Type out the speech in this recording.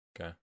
okay